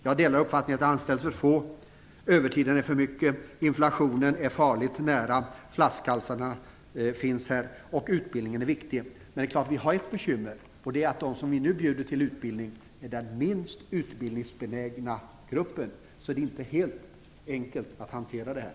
Jag delar uppfattningen att det anställs för få, att övertiden är för mycket, att inflationen är farligt nära, att flaskhalsarna finns här och att utbildningen är viktig. Men det är klart att vi har ett bekymmer, nämligen att dem som vi nu bjuder till utbildning är den minst utbildningsbenägna gruppen. Det är alltså inte helt enkelt att hantera det här.